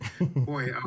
boy